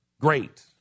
Great